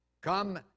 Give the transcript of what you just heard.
Come